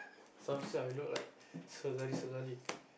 some say I look like